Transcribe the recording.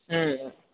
ம்ம்